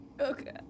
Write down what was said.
Okay